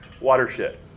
watershed